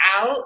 out